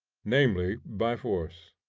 namely by force.